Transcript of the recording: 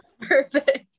Perfect